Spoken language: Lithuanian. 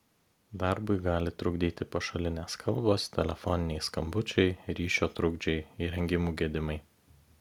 darbui gali trukdyti pašalinės kalbos telefoniniai skambučiai ryšio trukdžiai įrengimų gedimai